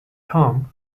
home